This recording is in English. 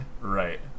right